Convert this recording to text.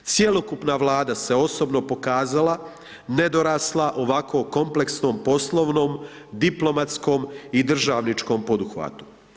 Cjelokupna Vlada se osobno pokazala nedorasla ovako kompleksnom, poslovnom, diplomatskom i državničkom poduhvatu.